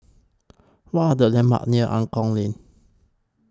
What Are The landmarks near Angklong Lane